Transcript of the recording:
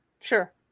Sure